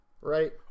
right